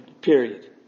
period